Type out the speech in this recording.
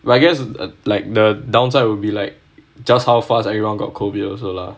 but I guess it's a like the downside would be like just how fast everyone got COVID also lah